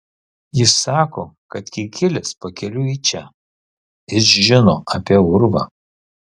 jis sako kad kikilis pakeliui į čia jis žino apie urvą